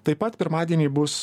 taip pat pirmadienį bus